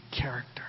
character